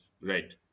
Right